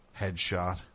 headshot